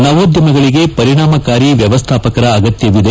ನವೋದ್ದಮಗಳಗೆ ಪರಿಣಾಮಕಾರಿ ವ್ಯವಸ್ಟಾಪಕರ ಅಗತ್ಲವಿದೆ